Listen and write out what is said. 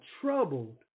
troubled